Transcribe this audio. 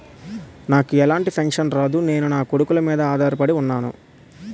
నాకు ఎలాంటి పెన్షన్ రాదు నేను నాకొడుకుల మీద ఆధార్ పడి ఉన్నాను